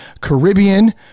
Caribbean